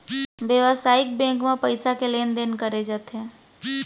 बेवसायिक बेंक म पइसा के लेन देन करे जाथे